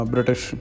British